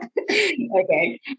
Okay